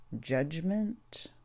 judgment